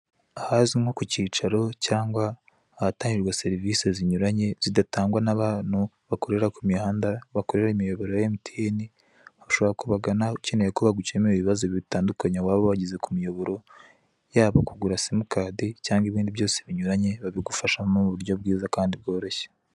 Ahazwi nko ku kicaro cyangwa ahatangirwa serivise zinyuranye zidatangwa n'abantu bakorera ku mihanda bakorera imiyoboro ya emutiyene, ushobora kubagana ukeneye ko bagukemurira ibibazo bitandukanye waba wagize ku muyoboro yaba kugura simukadi cyangwa ibindi byose binyuranye babigufashamo mu buryo bwiza kandi bworoshye.